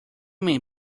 mean